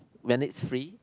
when it's free